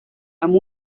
amb